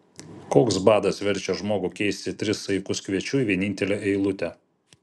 koks badas verčia žmogų keisti tris saikus kviečių į vienintelę eilutę